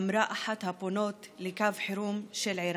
אמרה אחת הפונות לקו החירום של ער"ן,